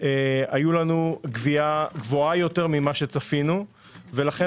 הייתה לנו גבייה גבוהה יותר ממה שצפינו ולכן